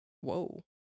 Whoa